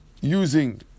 using